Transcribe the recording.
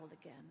again